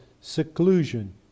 seclusion